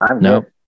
Nope